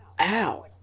ow